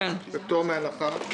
בפטור מהנחה,